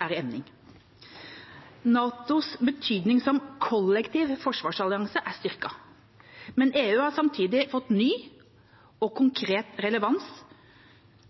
er styrket, men EU har samtidig fått ny og konkret relevans